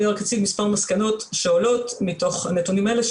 אני רק אציג מספר מסקנות שעולות מתוך הנתונים האלה,